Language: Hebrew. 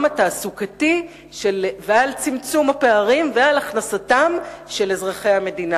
התעסוקתי ולרווחתם ולהכנסתם של אזרחי המדינה,